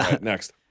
Next